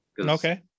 okay